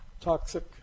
toxic